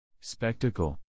Spectacle